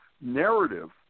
narrative